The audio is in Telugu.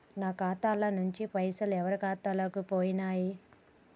నా ఖాతా ల నుంచి పైసలు ఎవరు ఖాతాలకు పోయినయ్?